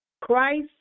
Christ